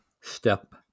step